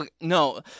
No